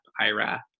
IRA